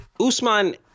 Usman